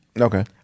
Okay